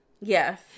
Yes